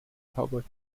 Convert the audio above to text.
public